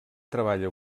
treballa